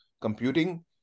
computing